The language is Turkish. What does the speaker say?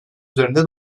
üzerinde